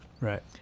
Right